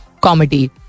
comedy